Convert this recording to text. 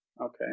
okay